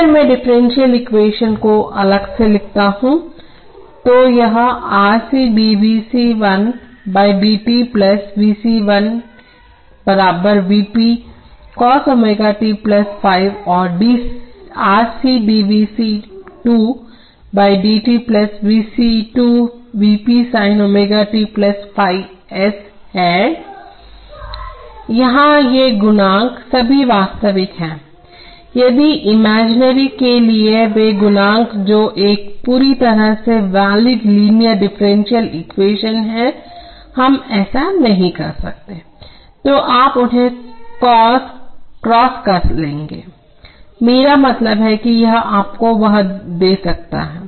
अगर मैं differential equation को अलग से लिखता हूं तो यह R c d v c 1 d t V c 1 बराबर V p cos ω t ϕ और R c d v c 2 d t V c 2 V p sin ω t ϕ s है यहां ये गुणांक सभी वास्तविक हैं यदि इमेजिनरी के लिए वे गुणांक जो एक पूरी तरह से वैलिड लीनियर डिफरेंशियल एक्वेशन है हम ऐसा नहीं कर सकते हैं तो आप उन्हें क्रॉस कर लेंगे मेरा मतलब है कि यह आपको वह दे सकता है